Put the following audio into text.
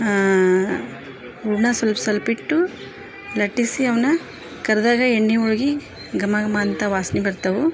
ಹೂರ್ಣ ಸ್ವಲ್ಪ ಸ್ವಲ್ಪ ಹಿಟ್ಟು ಲಟ್ಟಿಸಿ ಅವುನ್ನ ಕರ್ದಾಗ ಎಣ್ಣೆ ಹೋಳಿಗೆ ಘಮ ಘಮ ಅಂತ ವಾಸಿನಿ ಬರ್ತವು